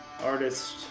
artist